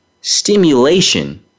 Stimulation